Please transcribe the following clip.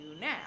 now